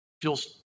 feels